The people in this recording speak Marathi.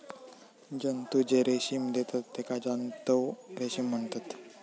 जंतु जे रेशीम देतत तेका जांतव रेशीम म्हणतत